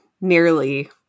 nearly